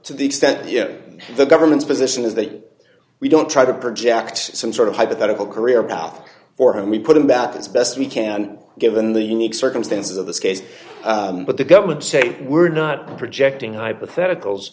to the extent yes the government's position is that we don't try to project some sort of hypothetical career path for him we put him about it's best we can given the unique circumstances of this case but the government say we're not projecting hypotheticals